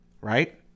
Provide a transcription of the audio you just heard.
Right